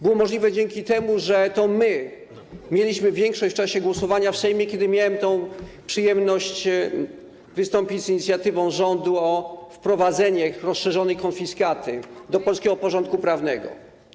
Było możliwe dzięki temu, że to my mieliśmy większość w czasie głosowania w Sejmie, kiedy miałem przyjemność wystąpić z inicjatywą rządu dotyczącą wprowadzenia rozszerzonej konfiskaty do polskiego porządku prawnego.